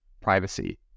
privacy